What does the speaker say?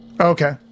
okay